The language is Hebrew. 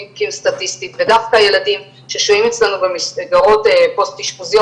דווקא הילדים ששוהים אצלנו במסגרות פוסט אשפוזיות